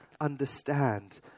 understand